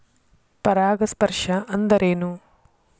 ಪರಾಗಸ್ಪರ್ಶ ಅಂದರೇನು?